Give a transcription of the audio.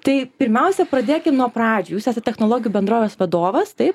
tai pirmiausia pradėkim nuo pradžių jūs esat technologijų bendrovės vadovas taip